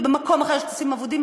ובמקום אחר יש כספים אבודים.